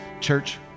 Church